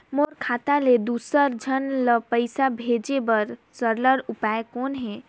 मोर खाता ले दुसर झन ल पईसा भेजे बर सरल उपाय कौन हे?